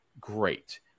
great